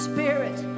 spirit